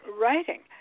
writing